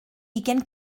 ugain